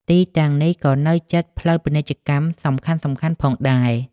ទីតាំងនេះក៏នៅជិតផ្លូវពាណិជ្ជកម្មសំខាន់ៗផងដែរ។